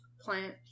Plant